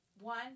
One